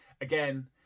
again